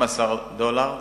15 דולר.